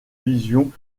visions